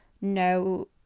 no